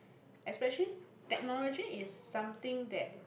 especially technology is something that